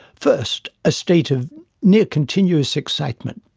first, a state of near continuous excitement.